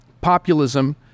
populism